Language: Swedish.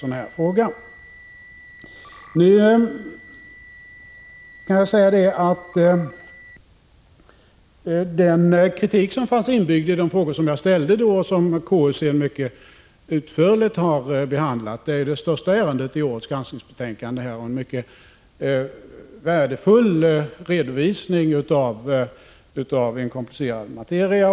Det fanns kritik inbyggd i de frågor som jag ställde och som konstitutionsutskottet utförligt har behandlat. TCO-konflikten är ju det största ärendet i årets granskningsbetänkande, och utskottet ger en mycket värdefull redovisning av en komplicerad materia.